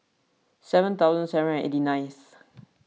seven thousand seven and eighty ninth